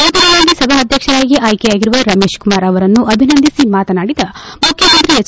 ನೂತನವಾಗಿ ಸಭಾಧ್ಯಕ್ಷರಾಗಿ ಅಯ್ತೆಯಾಗಿರುವ ರಮೇಶ್ ಕುಮಾರ್ ಅವರನ್ನು ಅಭಿನಂದಿಸಿ ಮಾತನಾಡಿದ ಮುಖ್ಯಮಂತ್ರಿ ಎಚ್